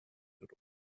l’autre